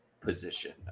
position